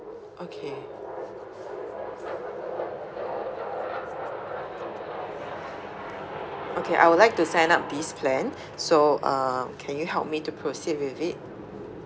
okay okay I would like to sign up this plan so um can you help me to proceed with it